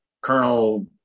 Colonel